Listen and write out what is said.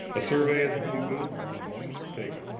survey is only good for the moment it's taken.